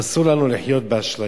אסור לנו לחיות באשליה,